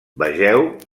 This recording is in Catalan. vegeu